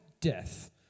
death